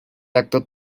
acto